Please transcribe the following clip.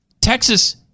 Texas